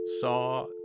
saw